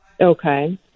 Okay